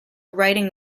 writing